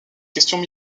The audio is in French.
questions